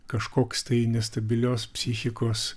kažkoks tai nestabilios psichikos